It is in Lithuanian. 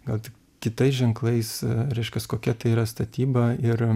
gal tik kitais ženklais reiškias kokia tai yra statyba ir